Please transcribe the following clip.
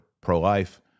pro-life